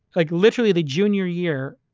like literally, the junior year,